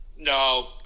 No